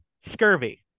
scurvy